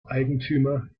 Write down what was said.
eigentümer